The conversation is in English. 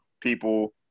people